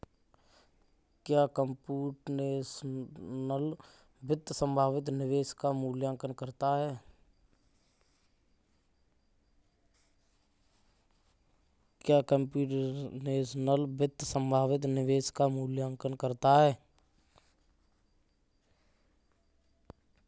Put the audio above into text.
क्या कंप्यूटेशनल वित्त संभावित निवेश का मूल्यांकन करता है?